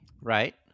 Right